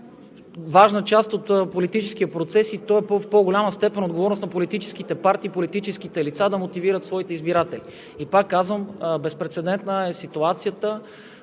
важна част от политическия процес, който в голяма степен е отговорност на политическите партии и политическите лица, за да мотивират своите избиратели. И пак казвам: безпрецедентна е ситуацията